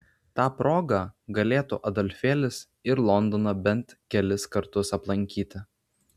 ta proga galėtų adolfėlis ir londoną bent kelis kartus aplankyti